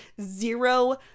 zero